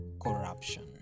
corruption